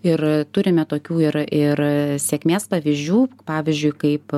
ir turime tokių ir ir sėkmės pavyzdžių pavyzdžiui kaip